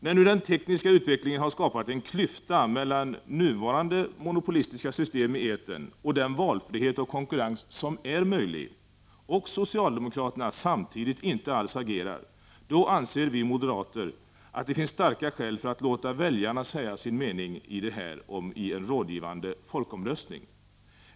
Eftersom den tekniska utvecklingen nu har skapat en klyfta mellan nuvarande monopolistiska system i etern och den valfrihet och konkurrens som är möjliga — och socialdemokraterna samtidigt inte alls agerar — anser vi moderater att det finns starka skäl för att låta väljarna säga sin mening i den här frågan i en rådgivande folkomröstning.